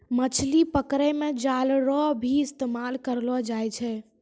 मछली पकड़ै मे जाल रो भी इस्तेमाल करलो जाय छै